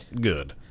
good